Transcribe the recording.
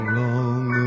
long